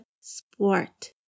sport